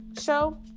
show